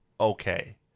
okay